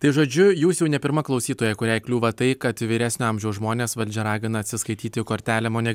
tai žodžiu jūs jau ne pirma klausytoja kuriai kliūva tai kad vyresnio amžiaus žmones valdžia ragina atsiskaityti kortelėm o ne